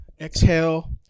exhale